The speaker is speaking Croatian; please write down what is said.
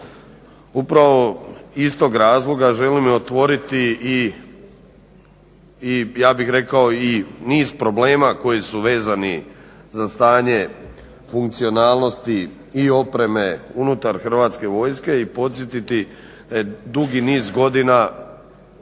Upravo iz tog razloga želim i otvoriti i ja bih rekao i niz problema koji su vezani za stanje funkcionalnosti i opreme unutar Hrvatske vojske i podsjetiti dugi niz godina